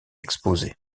exposés